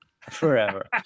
forever